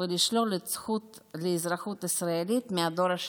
ולשלול את הזכות לאזרחות ישראלית מהדור השלישי.